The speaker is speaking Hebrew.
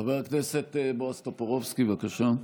חבר הכנסת בועז טופורובסקי, בבקשה.